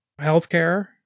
healthcare